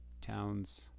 towns